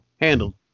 Handled